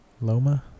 Loma